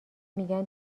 میگن